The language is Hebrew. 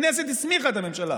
הכנסת הסמיכה את הממשלה